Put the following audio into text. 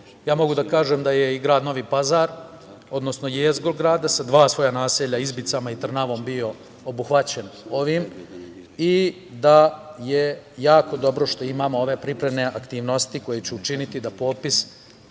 Ja mogu da kažem da je i grad Novi Pazar, odnosno jezgro grada sa svoja dva naselja, Izbicama i Trnavom bio obuhvaćen ovim i da je jako dobro što imamo ove pripremne aktivnosti koje će učiniti da popis